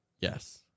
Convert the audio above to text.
yes